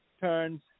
turns